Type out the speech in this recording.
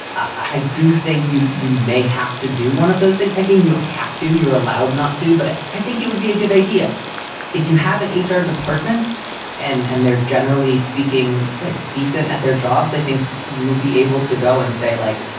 i do think you you may have to do one of those things again. you have to. you're allowed not to. but i think it would be a good idea if you have an h r. department and and they're generally speaking, like decent at their jobs. i think you will be able to go and say, like,